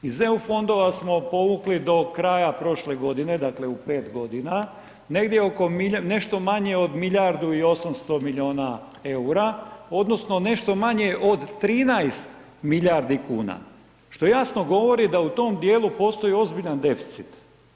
Iz EU fondova smo povukli do kraja prošle godine dakle u 5 godina negdje oko, nešto manje od milijardu i 800 miliona EUR-a odnosno nešto manje od 13 milijardi kuna, što jasno govori da u tom dijelu postoji ozbiljan deficit.